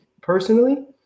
personally